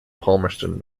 palmerston